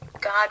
God